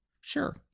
Sure